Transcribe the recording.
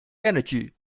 energy